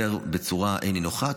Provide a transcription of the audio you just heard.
עובר בצורה נינוחה,